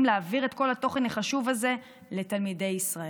להעביר את כל התוכן החשוב הזה לתלמידי ישראל,